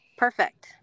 Perfect